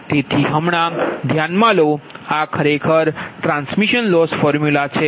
તેથી હમણાં ધ્યાનમાં લો આ ખરેખર ટ્રાન્સમિશન લોસ ફોર્મ્યુલા છે